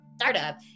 startup